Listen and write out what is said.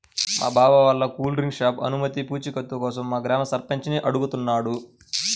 మా బావ వాళ్ళ కూల్ డ్రింక్ షాపు అనుమతి పూచీకత్తు కోసం మా గ్రామ సర్పంచిని అడుగుతున్నాడు